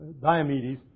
Diomedes